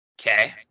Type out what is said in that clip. Okay